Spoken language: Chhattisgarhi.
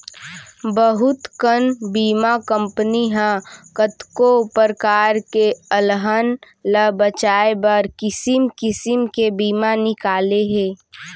बहुत कन बीमा कंपनी ह कतको परकार के अलहन ल बचाए बर किसिम किसिम के बीमा निकाले हे